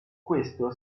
questo